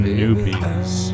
newbies